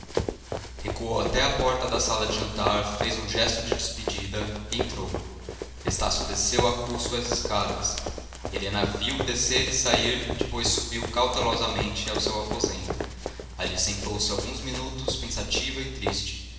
recuou até à porta da sala de jantar fez um gesto de despedida e entrou estácio desceu a custo as escadas helena viu-o descer e sair depois subiu cautelosamente ao seu aposento ali sentou-se alguns minutos pensativa e triste